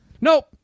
Nope